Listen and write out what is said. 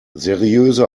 seriöse